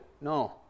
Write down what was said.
No